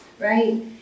right